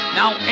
now